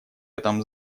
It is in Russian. этом